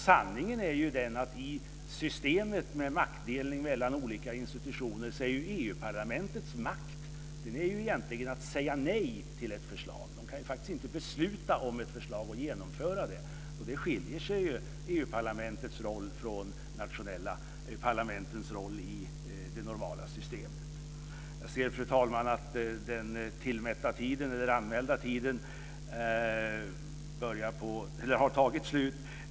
Sanningen är ju den att i systemet med maktdelning mellan olika institutioner ligger EU-parlamentets makt egentligen i att säga nej till ett förslag. Man kan faktiskt inte besluta om ett förslag och genomföra det. Detta skiljer EU parlamentets roll från de nationella parlamentens i det normala systemet. Jag ser, fru talman, att min anmälda talartid har tagit slut.